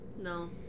No